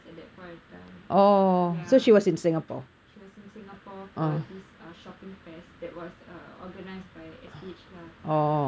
is at that point of time ya she was in singapore for this uh shopping festival that was uh organised by S_P_H lah